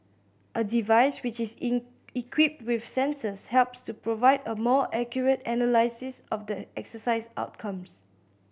a device which is in equipped with sensors helps to provide a more accurate analysis of the exercise outcomes